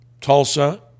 Tulsa